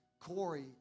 Corey